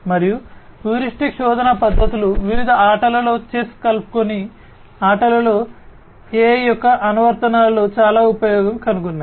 మరియు హ్యూరిస్టిక్ శోధన పద్ధతులు వివిధ ఆటలలో చెస్ కలుపుకొని ఆటలలో AI యొక్క అనువర్తనాలలో చాలా ఉపయోగం కనుగొన్నాయి